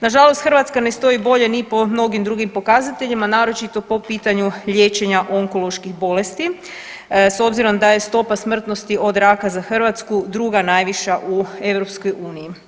Nažalost Hrvatska ne stoji bolje ni po mnogim drugim pokazateljima naročito po pitanju liječenja onkoloških bolesti s obzirom da je stopa smrtnosti od raka za Hrvatsku druga najviša u EU.